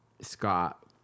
Scott